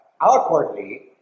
outwardly